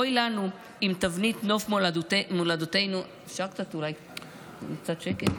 אוי לנו אם תבנית נוף מולדתנו, אפשר אולי קצת שקט?